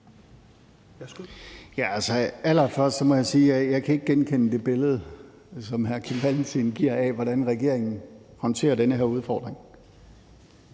jeg ikke kan genkende det billede, som hr. Kim Valentin giver af, hvordan regeringen håndterer den her udfordring.